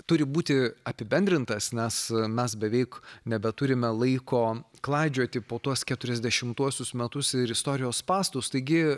turi būti apibendrintas nes mes beveik nebeturime laiko klaidžioti po tuos keturiasdešimtuosius metus ir istorijos spąstus taigi